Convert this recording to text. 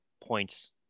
points